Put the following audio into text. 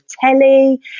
telly